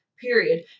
period